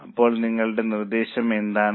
അപ്പോൾ നിങ്ങളുടെ നിർദ്ദേശം എന്താണ്